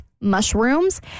mushrooms